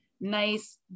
nice